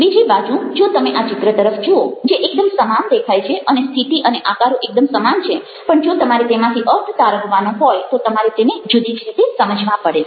બીજી બાજુ જો તમે આ ચિત્ર તરફ જુઓ જે એકદમ સમાન દેખાય છે અને સ્થિતિ અને આકારો એકદમ સમાન છે પણ જો તમારે તેમાંથી અર્થ તારવવાનો હોય તો તમારે તેને જુદી જ રીતે સમજવા પડે છે